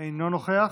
אינו נוכח.